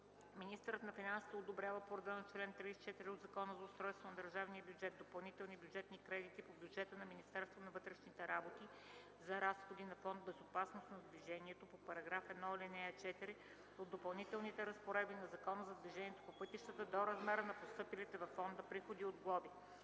Министърът на финансите одобрява по реда на чл. 34 от Закона за устройството на държавния бюджет, допълнителни бюджетни кредити по бюджета на Министерството на вътрешните работи за разходи на Фонда за безопасност на движението по § 1, ал. 4 от Допълнителните разпоредби на Закона за движението по пътищата, до размера на постъпилите във фонда приходи от глоби.